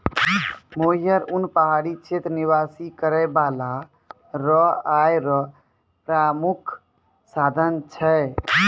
मोहियर उन पहाड़ी क्षेत्र निवास करै बाला रो आय रो प्रामुख साधन छै